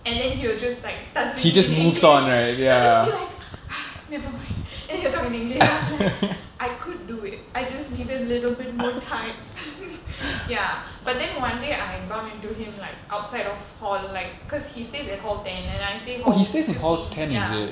and then he'll just like start speaking english I just be like nevermind and then he'll talk in english then I'll be like I could do it I just need a little bit more time ya but then one day I bump into him like outside of hall like cause he stays at hall ten and I stay hall fifteen ya